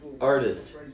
Artist